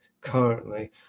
currently